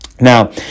Now